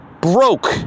broke